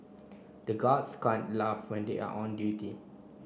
the guards can't laugh when they are on duty